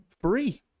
free